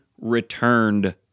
returned